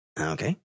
Okay